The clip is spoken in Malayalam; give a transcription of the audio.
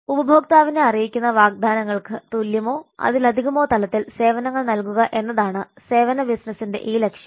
ഉപഭോക്താവിനെ അറിയിക്കുന്ന വാഗ്ദാനങ്ങൾക്ക് തുല്യമോ അതിലധികമോ തലത്തിൽ സേവനങ്ങൾ നൽകുക എന്നതാണ് സേവന ബിസിനസിന്റെ ഈ ലക്ഷ്യം